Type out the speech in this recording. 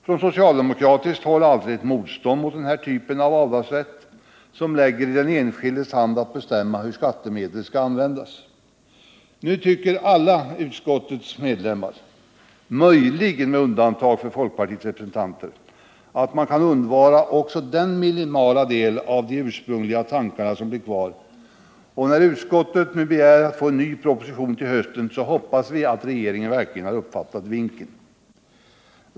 Från socialdemokratiskt håll har alltid rests motstånd mot denna typ av avdragsrätt, som lägger i den enskildes hand rätten att bestämma hur skattemedel skall användas. Nu tycker alla utskottets medlemmar, möjligen med undantag av folkpartiets representanter, att man kan undvara också den minimala del av den ursprungliga tanken som blev kvar, och när utskottet begär att få en ny proposition till hösten hoppas vi att regeringen verkligen har uppfattat vinken.